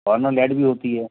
normal light भी होती है